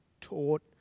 taught